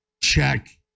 Check